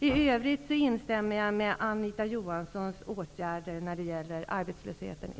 I övrigt instämmer jag med Anita Johansson om åtgärderna när det gäller arbetslösheten i